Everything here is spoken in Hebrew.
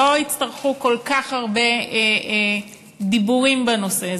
לא יצטרכו להיות כל כך הרבה דיבורים בנושא,